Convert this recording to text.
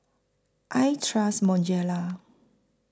I Trust Bonjela